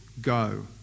go